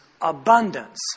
abundance